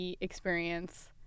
experience